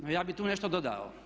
No ja bih tu nešto dodao.